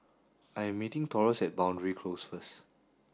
I am meeting Taurus at Boundary Close first